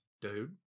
Dude